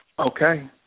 Okay